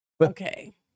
Okay